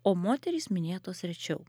o moterys minėtos rečiau